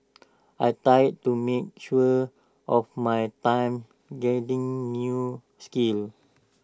I tried to make use of my time gaining new skills